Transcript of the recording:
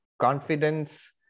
confidence